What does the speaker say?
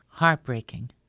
Heartbreaking